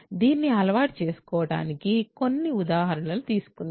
దీన్ని అలవాటు చేసుకోవడానికి కొన్ని ఉదాహరణలు తీసుకుందాం